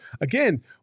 Again